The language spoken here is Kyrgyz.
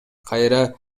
кайра